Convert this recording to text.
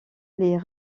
les